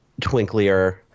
twinklier